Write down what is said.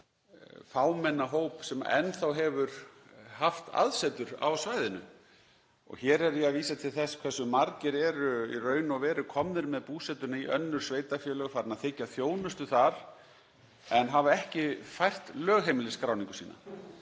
fámenna hóp sem enn þá hefur haft aðsetur á svæðinu. Hér er ég að vísa til þess hversu margir eru í raun og veru komnir með búsetuna í önnur sveitarfélög, farin að þiggja þjónustu þar en hafa ekki fært lögheimilisskráningu sína.